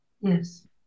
Yes